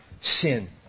sin